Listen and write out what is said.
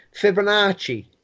Fibonacci